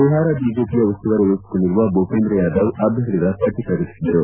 ಬಿಹಾರ ಬಿಜೆಪಿಯ ಉಸ್ತುವಾರಿ ವೆಒಿಕೊಂಡಿರುವ ಭುಷೇಂದ್ರ ಯಾದವ್ ಅಭ್ಯರ್ಥಿಗಳ ಪಟ್ಟ ಪ್ರಕಟಿಒದರು